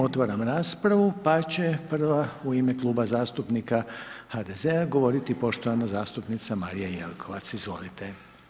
Otvaram raspravu, pa će prva u ime Kluba zastupnika HDZ-a govoriti poštovana zastupnica Marija Jelkovac, izvolite.